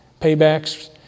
Paybacks